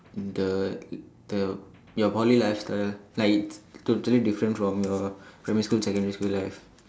the the your Poly lifestyle like it's totally different from your primary school secondary school life